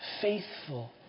faithful